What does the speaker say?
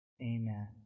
Amen